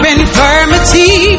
infirmity